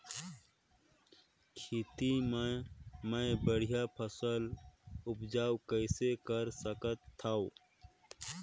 खेती म मै बढ़िया फसल उपजाऊ कइसे कर सकत थव?